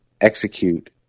execute